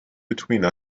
between